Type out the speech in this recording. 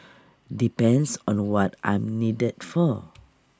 depends on what I'm needed for